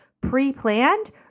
pre-planned